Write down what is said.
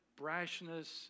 brashness